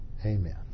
amen